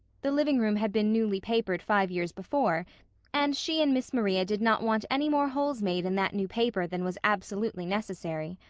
the living room had been newly papered five years before and she and miss maria did not want any more holes made in that new paper than was absolutely necessary.